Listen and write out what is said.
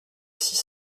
six